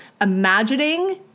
Imagining